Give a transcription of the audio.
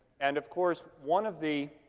and of course, one of the